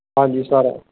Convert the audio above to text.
ਹਾਂਜੀ ਸਰ